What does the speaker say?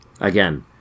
again